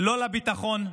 לא לביטחון,